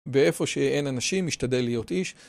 באיפה שאין אנשים השתדל להיות איש.